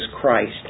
Christ